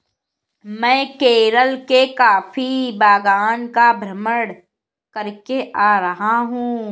मैं केरल के कॉफी बागान का भ्रमण करके आ रहा हूं